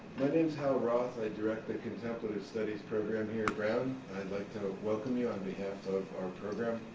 my name's hal roth. i direct the contemplative studies program here at brown. i'd like to welcome you on behalf of our program.